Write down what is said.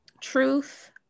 truth